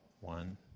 one